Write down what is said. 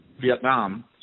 Vietnam